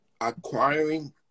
Acquiring